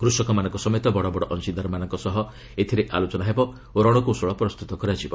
କୃକେମାନଙ୍କ ସମେତ ବଡ଼ ବଡ଼ ଅଂଶୀଦାରମାନଙ୍କ ସହ ଏଥିରେ ଆଲୋଚନା ହେବ ଓ ରଣକୌଶଳ ପ୍ରସ୍ତୁତ କରାଯିବ